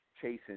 chasing